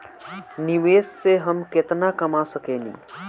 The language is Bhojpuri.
निवेश से हम केतना कमा सकेनी?